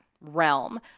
realm